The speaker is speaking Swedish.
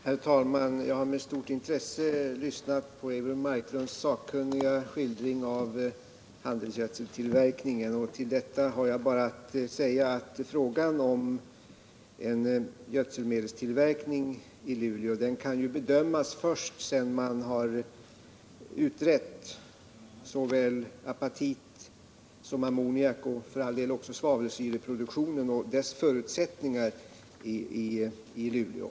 Herr talman! Jag har med stort intresse lyssnat på Eivor Marklunds sakkunniga skildring av handelsgödseltillverkningen. Till detta har jag bara att säga att frågan om en gödselmedelstillverkning i Luleå kan bedömas först sedan man utrett såväl apatitsom ammoniakoch för all del också svavelsyreproduktionen och dess förutsättningar i Luleå.